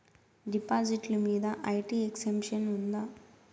డిపాజిట్లు మీద IT exemption ఉందా?